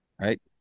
right